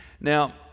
Now